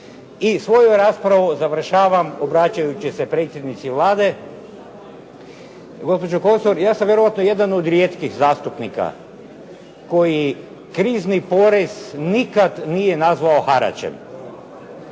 I svoju raspravu završavam obraćajući se predsjednici Vlade. Gospođo Kosor, ja sam vjerojatno jedan od rijetkih zastupnika koji krizni porez nikad nije nazvao haračem.